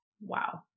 wow